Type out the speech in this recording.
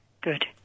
Good